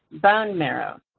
bone marrow,